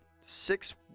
six